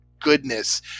goodness